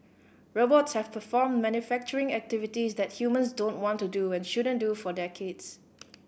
robots have performed manufacturing activities that humans don't want to do or shouldn't do for decades